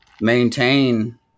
maintain